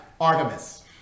artemis